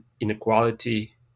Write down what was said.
inequality